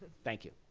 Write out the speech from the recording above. thank you.